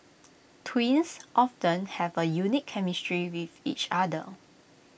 twins often have A unique chemistry with each other